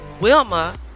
Wilma